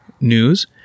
news